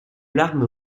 larmes